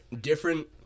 different